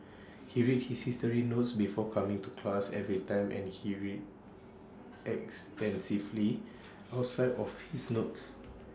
he read his history notes before coming to class every time and he read extensively outside of his notes